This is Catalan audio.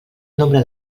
nombre